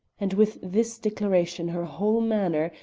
and with this declaration her whole manner,